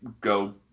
go